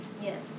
Yes